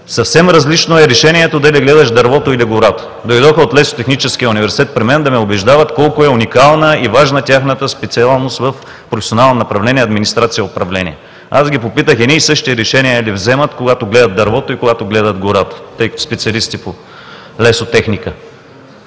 Съвсем различно е решението дали гледаш дървото, или гората. Дойдоха от Лесотехническия университет при мен да ме убеждават колко е уникална и важна тяхната специалност в професионално направление „Администрация и управление“. Аз ги попитах: „Едни и същи решения ли вземате, когато гледате дървото и когато гледате гората?“, тъй като са специалисти по лесотехника.